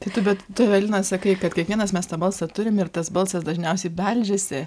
tai tu bet tu evelina sakai kad kiekvienas mes tą balsą turim ir tas balsas dažniausiai beldžiasi